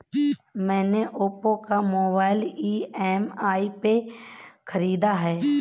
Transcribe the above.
मैने ओप्पो का mobile EMI पे खरीदा है